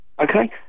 Okay